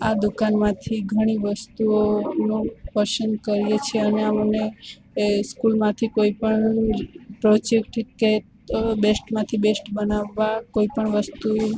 આ દુકાનમાંથી ઘણી વસ્તુઓને પસંદ કરીએ છીએ અને અમને એ સ્કૂલમાંથી કોઈપણ પ્રોજેક્ટ કે તો બેસ્ટમાંથી બેસ્ટ બનાવવા કોઈપણ વસ્તુ